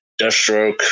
Deathstroke